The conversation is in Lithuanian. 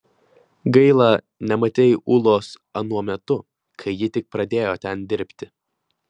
gaila nematei ulos anuo metu kai ji tik pradėjo ten dirbti